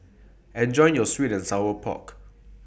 Enjoy your Sweet and Sour Pork